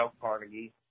Carnegie